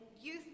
youth